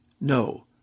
No